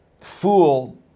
fool